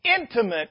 intimate